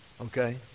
okay